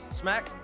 smack